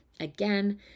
again